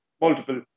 multiple